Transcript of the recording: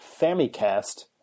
Famicast